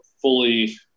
fully